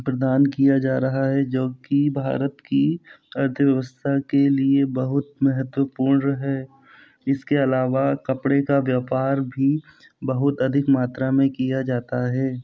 प्रदान किया जा रहा है जो कि भारत की अर्थव्यवस्था के लिए बहुत महेत्वपूर्ण है इसके अलावा कपड़े का व्यापार भी बहुत अधिक मात्रा में किया जाता है